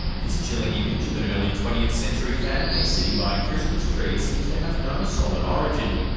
this chilling image of an early twentieth century family sitting by a christmas tree seems to have no solid origin.